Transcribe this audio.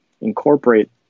incorporate